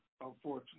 unfortunately